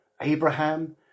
Abraham